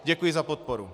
Děkuji za podporu.